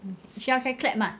需要再 clap mah